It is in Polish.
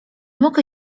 mogę